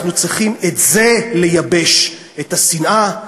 אנחנו צריכים את זה לייבש: את השנאה,